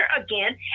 again